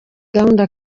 gahunda